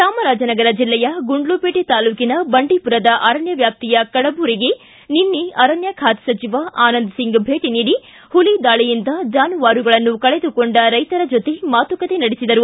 ಚಾಮರಾಜನಗರ ಜಿಲ್ಲೆಯ ಗುಂಡ್ಲುಪೇಟೆ ತಾಲೂಕಿನ ಬಂಡೀಪುರದ ಅರಣ್ಯ ವ್ವಾಪ್ತಿಯ ಕಡಬೂರಿಗೆ ನಿನ್ನೆ ಅರಣ್ಯ ಖಾತೆ ಸಚಿವ ಆನಂದ್ ಸಿಂಗ್ ಭೇಟ ನೀಡಿ ಹುಲಿ ದಾಳಿಯಿಂದ ಜಾನುವಾರುಗಳನ್ನು ಕಳೆದುಕೊಂಡ ರೈತರ ಜೊತೆ ಮಾತುಕತೆ ನಡೆಸಿದರು